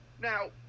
Now